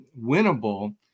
winnable